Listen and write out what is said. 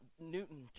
Newton